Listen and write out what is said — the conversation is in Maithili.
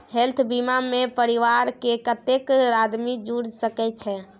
हेल्थ बीमा मे परिवार के कत्ते आदमी जुर सके छै?